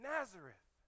Nazareth